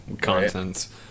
contents